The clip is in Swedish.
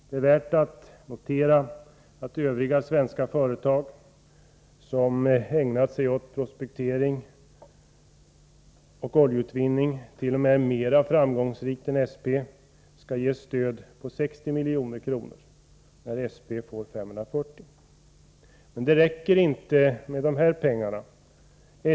Det är värt att notera att övriga svenska företag som ägnat sig åt prospektering och oljeutvinning, mera framgångsrikt än SP, skall ges stöd på 60 milj.kr. när SP får 540 milj.kr. Men det räcker inte med dessa pengar.